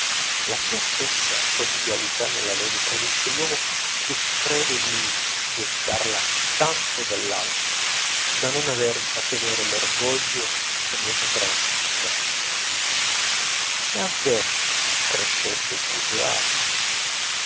la sua stessa prodigalità nella lode tradisce l'uomo che crede di gettarla tanto dall'alto da non aver da temere l'orgoglio che ne potrà nascere se anche crescesse smisurato